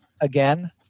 again